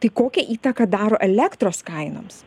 tai kokią įtaką daro elektros kainoms